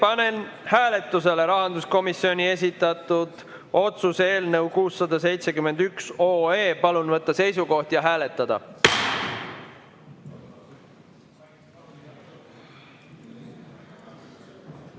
panen hääletusele rahanduskomisjoni esitatud otsuse eelnõu 671. Palun võtta seisukoht ja hääletada!